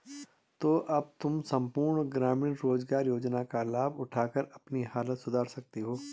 तो अब तुम सम्पूर्ण ग्रामीण रोज़गार योजना का लाभ उठाकर अपनी हालत सुधार सकते हो